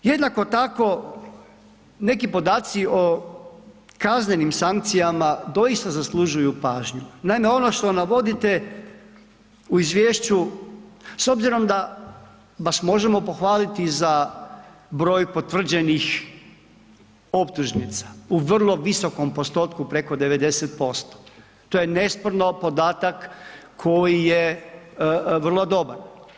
Jednako tako neki podaci o kaznenim sankcijama doista zaslužuju pažnju, naime ono što navodite u izvješću s obzirom da vas možemo pohvaliti za broj potvrđenih optužnica u vrlo visokom postotku peko 90%, to je nesporno podatak koji je vrlo dobar.